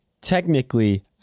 Technically